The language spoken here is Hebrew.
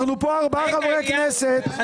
אנחנו פה ארבעה חברי כנסת --- (היו"ר משה גפני) רבותיי,